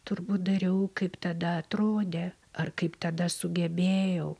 turbūt dariau kaip tada atrodė ar kaip tada sugebėjau